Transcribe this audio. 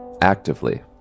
actively